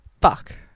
fuck